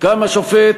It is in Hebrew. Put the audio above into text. גם השופט